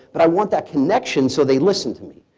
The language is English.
but i want that connection so they'll listen to me.